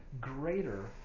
greater